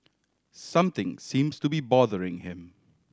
something seems to be bothering him